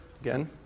again